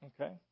Okay